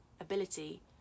ability